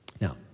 Now